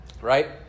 right